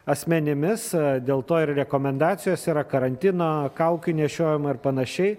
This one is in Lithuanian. asmenimis dėl to ir rekomendacijos yra karantino kaukių nešiojimo ir panašiai